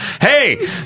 hey